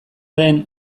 den